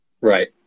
Right